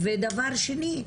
ודבר שני,